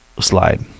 slide